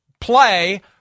play